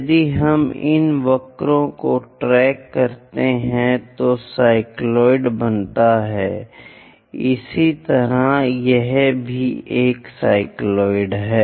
यदि हम इन वक्रों को ट्रैक करते हैं तो साइक्लॉयड बनाते हैं इसी तरह यह भी एक साइक्लॉयड है